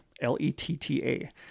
L-E-T-T-A